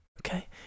Okay